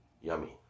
Yummy